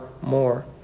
more